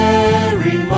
Mary